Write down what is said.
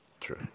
True